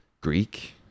Greek